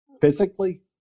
physically